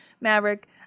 maverick